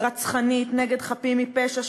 רצחנית נגד חפים מפשע,